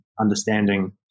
understanding